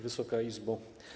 Wysoka Izbo!